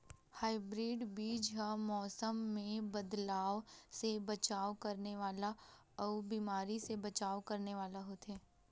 hybrid बीज हा मौसम मे बदलाव से बचाव करने वाला अउ बीमारी से बचाव करने वाला होथे